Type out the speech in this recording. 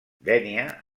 dénia